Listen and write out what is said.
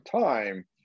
time